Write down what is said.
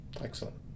Excellent